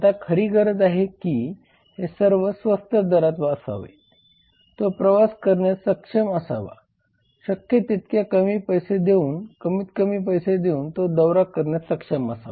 आता खरी गरज आहे ही की हे सर्व स्वस्त दरात असावे तो प्रवास करण्यास सक्षम असावा शक्य तितक्या कमी पैसे देऊन कमीतकमी पैसे देऊन तो दौरा करण्यास सक्षम असावा